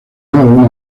algunos